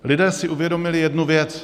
Lidé si uvědomili jednu věc.